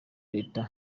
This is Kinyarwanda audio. d’etat